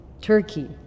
turkey